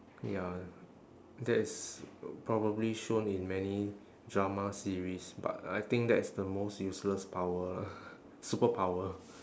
ya that is probably shown in many drama series but I think that's the most useless power lah superpower